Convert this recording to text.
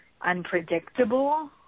unpredictable